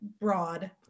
broad